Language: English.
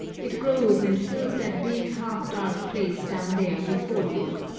it grows and fills that big half-dark place down there before you.